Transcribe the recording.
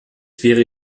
wäre